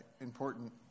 important